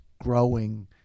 growing